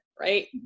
right